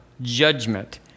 judgment